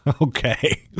Okay